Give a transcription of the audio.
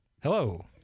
Hello